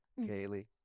Kaylee